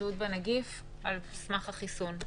בהתמודדות עם הנגיף על סמך החיסון,